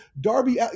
Darby